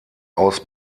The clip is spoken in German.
aus